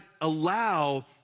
allow